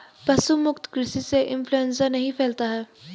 पशु मुक्त कृषि से इंफ्लूएंजा नहीं फैलता है